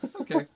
Okay